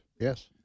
Yes